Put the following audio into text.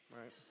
right